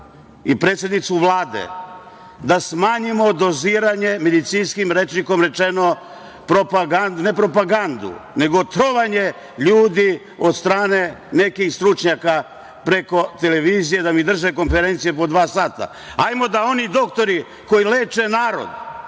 i predsednicu Vlade da smanjimo doziranje, medicinskim rečnikom rečeno, trovanja ljudi od strane nekih stručnjaka. Preko televizije da mi drže konferencije po dva sata. Ajde da oni doktori koji leče narod,